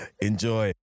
Enjoy